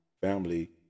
family